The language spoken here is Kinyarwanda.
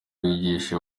bigisha